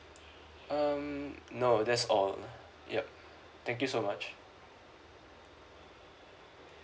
um no that's all yup thank you so much